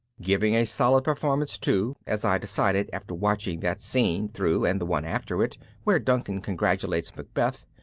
giving a solid performance, too, as i decided after watching that scene through and the one after it where duncan congratulates macbeth,